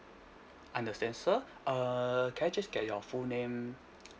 understand sir uh can I just get your full name